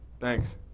Thanks